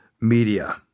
media